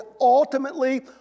ultimately